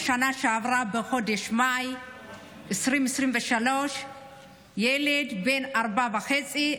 בשנה שעברה בחודש מאי 2023 ילד בן ארבע וחצי,